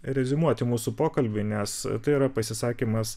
reziumuoti mūsų pokalbį nes tai yra pasisakymas